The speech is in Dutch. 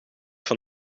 van